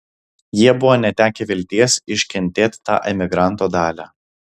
jie buvo netekę vilties iškentėt tą emigranto dalią